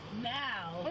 now